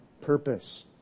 purpose